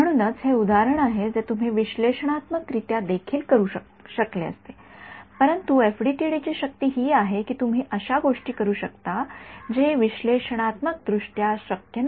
म्हणूनच हे उदाहरण आहे जे तुम्ही विश्लेषणात्मकरित्या देखील करू शकले असते परंतु एफडीटीडी ची शक्ती ही आहे की तुम्ही अशा गोष्टी करू शकता जे विश्लेषणात्मकदृष्ट्या शक्य नाही